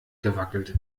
gewackelt